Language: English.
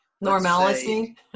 normality